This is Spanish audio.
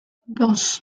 dos